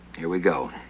here we go.